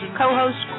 co-host